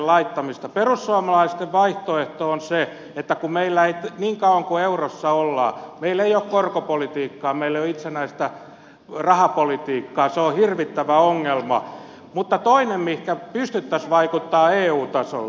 perussuomalaisten vaihtoehto on se että niin kauan kuin eurossa ollaan meillä ei ole korkopolitiikkaa meillä ei ole itsenäistä rahapolitiikkaa se on hirvittävä ongelma mutta se mihin pystyttäisiin vaikuttamaan eu tasolla